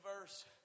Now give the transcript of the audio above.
verse